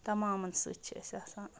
تَمامَن سۭتۍ چھِ أسۍ آسان